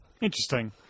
Interesting